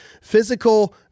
Physical